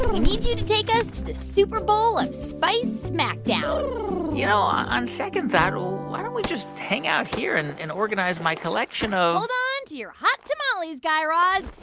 we need you to take us to the super bowl of spice smackdown you know, on second thought, why don't we just hang out here and and organize my collection of. hold on to your hot tamales, guy raz,